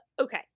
okay